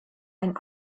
einen